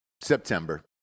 September